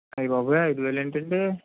అయ్యో బాబోయ్ ఐదువేలు ఏంటండి